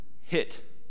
hit